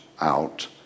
out